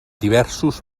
diversos